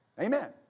Amen